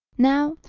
now,